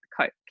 Coke